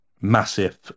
massive